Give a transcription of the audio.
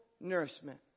nourishment